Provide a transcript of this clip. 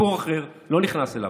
סיפור אחר, אני לא נכנס אליו.